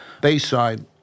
Bayside